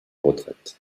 retraites